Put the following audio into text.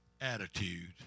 attitude